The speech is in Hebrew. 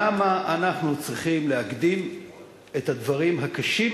למה אנחנו צריכים להקדים את הדברים הקשים